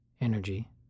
energy